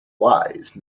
wise